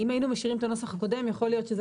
אם היינו משאירים את הנוסח הקודם יכול להיות שזה